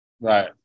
Right